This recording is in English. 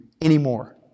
anymore